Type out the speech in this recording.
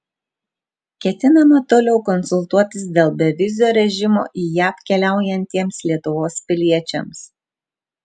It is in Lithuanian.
ketinama toliau konsultuotis dėl bevizio režimo į jav keliaujantiems lietuvos piliečiams